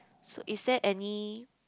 so is there any